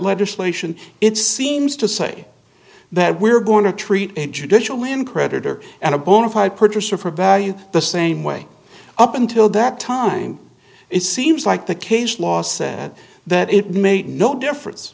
legislation it seems to say that we're going to treat a judicial in creditor and a bona fide purchaser for value the same way up until that time it seems like the case law said that it made no difference